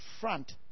front